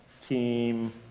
team